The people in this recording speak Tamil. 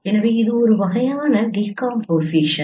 எனவே இது ஒரு வகையான டீகாம்போசிஷன்